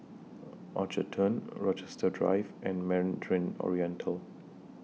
Orchard Turn Rochester Drive and Mandarin Oriental